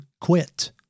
quit